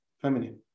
feminine